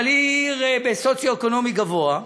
אבל היא עיר בסוציו-אקונומי גבוה,